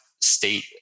state